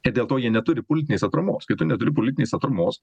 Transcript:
ir dėl to jie neturi politinės atramos kito net ir politinės atramos